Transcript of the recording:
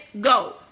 go